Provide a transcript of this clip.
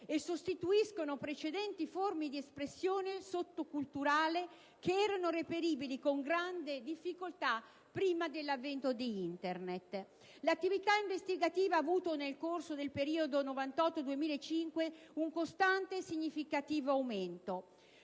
e sostituiscono precedenti forme di espressione sottoculturale, reperibili con grande difficoltà prima dell'avvento di Internet. L'attività investigativa nel corso del periodo 1998-2005 ha registrato un costante e significativo aumento.